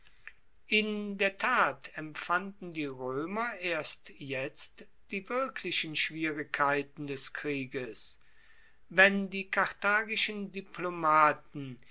in der tat empfanden die roemer erst jetzt die wirklichen schwierigkeiten des krieges wenn die karthagischen diplomaten